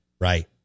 right